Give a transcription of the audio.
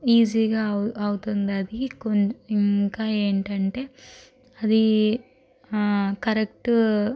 ఈజీగా అవ్ అవుతుంది అది ఇంకా ఏమిటంటే అది కరెక్ట్